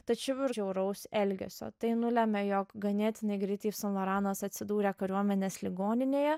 tačiau ir žiauraus elgesio tai nulėmė jog ganėtinai greitai iv san loranas atsidūrė kariuomenės ligoninėje